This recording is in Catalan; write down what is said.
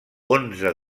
onze